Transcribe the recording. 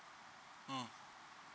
mm